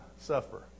suffer